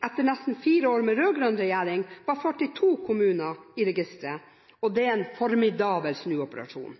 etter nesten fire år med rød-grønn regjering, var 42 kommuner i registeret, og det er en formidabel snuoperasjon.